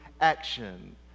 action